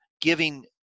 giving